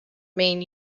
mean